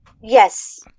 Yes